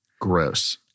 Gross